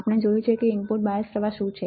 આપણે વર્ગમાં જોયું કે ઇનપુટ બાયસ પ્રવાહ શું છે